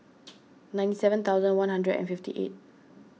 ninety seven thousand one hundred and fifty eight